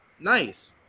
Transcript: nice